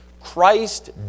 Christ